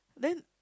then